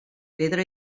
pedra